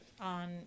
on